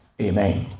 Amen